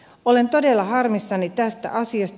olen todella harmissani tästä asiasta